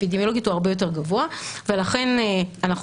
אפידמיולוגית הוא הרבה יותר גבוה ולכן אנחנו